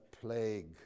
plague